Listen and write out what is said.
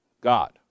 God